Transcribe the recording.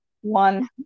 one